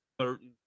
certain